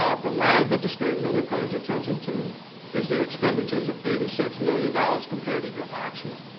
ah the line that the state really pays attention to is the expenditures of eighty six million dollars compared to your actual.